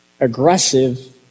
aggressive